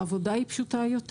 העבודה היא פשוטה יותר.